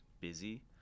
busy